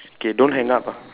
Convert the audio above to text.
okay don't hang up ah